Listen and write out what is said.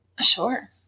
Sure